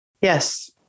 Yes